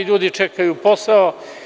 Ljudi čekaju posao.